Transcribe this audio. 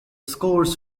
scores